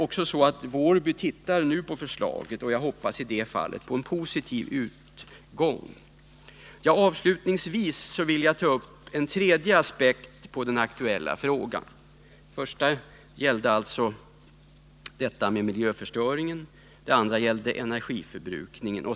Wårby tittar nu på förslaget, och jag hoppas i det fallet på en positiv utgång. Avslutningsvis vill jag ta upp en tredje aspekt på den aktuella frågan — den första gällde miljöförstöringen och den andra energiförbrukningen.